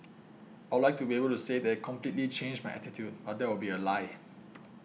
I would like to be able to say that it completely changed my attitude but that would be a lie